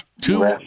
Two